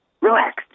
Relax